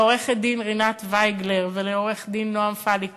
לעו"ד רינת וייגלר ולעו"ד נועם פליק